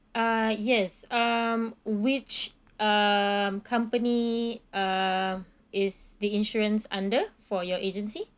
uh yes um which um company uh is the insurance under for your agency